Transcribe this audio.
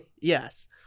Yes